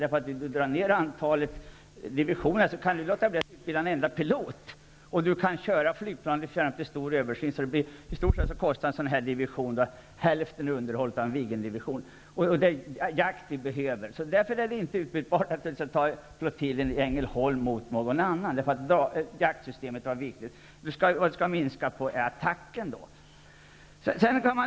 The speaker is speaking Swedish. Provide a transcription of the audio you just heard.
Drar vi ner antalet divisioner kan vi ändå undvika att friställa en enda pilot. Flygplanen kan köras fram till dess att en stor översyn skall göras, och under tiden kostar underhållet av en division i stort sett hälften av underhållet för en Viggendivision. Det är jaktplan som vi behöver, och divisionen i Ängelholm är därför inte utbytbar mot någon annan. Jaktsystemet är viktigt. Vad vi skall minska på är i stället på attacken.